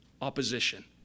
opposition